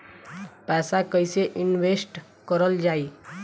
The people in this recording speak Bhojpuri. पैसा कईसे इनवेस्ट करल जाई?